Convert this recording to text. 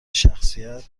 شخصیت